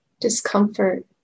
discomfort